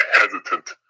hesitant